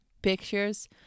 Pictures